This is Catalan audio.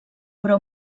però